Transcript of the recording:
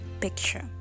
picture